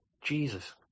Jesus